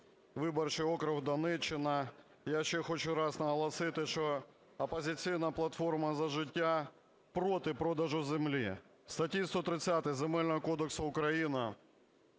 виборчий округ, Донеччина. Я ще хочу раз наголосити, що "Опозиційна платформа - За життя" проти продажу землі. В статті 130 Земельного кодексу України